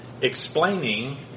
explaining